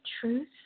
truth